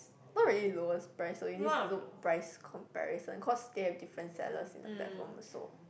not really lowest price so you need to look price comparison cause they have different sellers in the platform also